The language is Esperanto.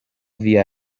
via